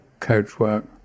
coachwork